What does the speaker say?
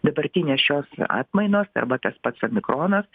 dabartinės šios atmainos arba tas pats omikronas